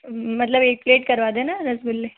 मतलब एक प्लेट करवा देना रसगुल्ले